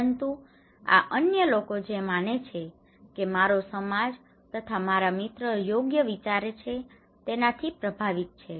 પરંતુ આ અન્ય લોકો જે માને છે કે મારો સમાજ તથા મારા મિત્રો યોગ્ય વિચારે છે તેનાથી પ્રભાવિત છે